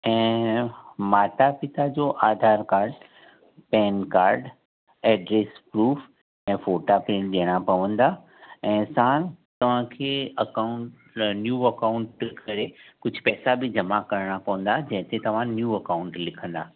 ऐं माता पिता जो Aadhaar card PAN card address proof ऐं फ़ोटा प्रिंट ॾियणा पवंदा ऐं साणु तव्हांखे अकाउंट न्यू अकाउंट करे कुझु पैसा बि जमा करणा पवंदा जंहिं ते तव्हां न्यू अकाउंट लिखंदा